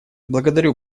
благодарю